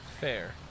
fair